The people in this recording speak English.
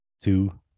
Two